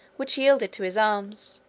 which yielded to his arms